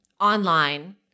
online